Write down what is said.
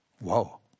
Whoa